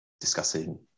discussing